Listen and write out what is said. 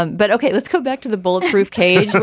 um but ok, let's go back to the bulletproof case.